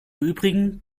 übrigen